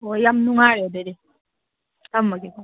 ꯑꯣ ꯌꯥꯝ ꯅꯨꯡꯉꯥꯏꯔꯦ ꯑꯗꯨꯗꯤ ꯊꯝꯃꯒꯦꯀꯣ